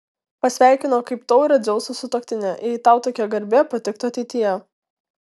pasveikino kaip taurią dzeuso sutuoktinę jei tau tokia garbė patiktų ateityje